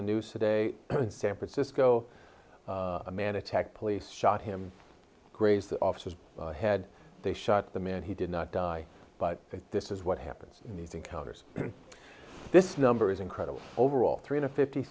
the news today in san francisco a man attacked police shot him grazed the officers head they shot the man he did not die but this is what happens in these encounters this number is incredible overall three hundred fifty